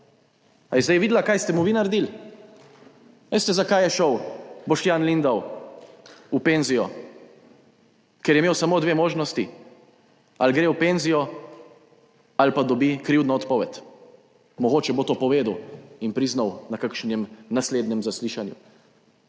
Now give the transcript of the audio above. Ali je zdaj videla, kaj ste mu vi naredili? Veste, zakaj je šel Boštjan Lindav v penzijo? Ker je imel samo dve možnosti, ali gre v penzijo ali pa dobi krivdno odpoved. Mogoče bo to povedal in priznal na kakšnem naslednjem zaslišanju.